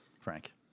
Frank